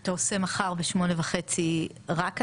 אתה עושה מחר ב- 08:30 רק הצבעה?